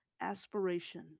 aspiration